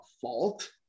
fault